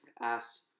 asked